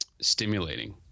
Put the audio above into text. stimulating